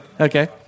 Okay